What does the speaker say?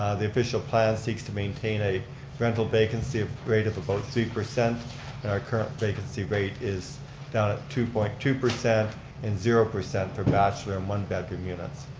the official plan seeks to maintain a rental vacancy of grade of about three percent and our current vacancy rate is down at two point two and zero percent for bachelor in one-bedroom units.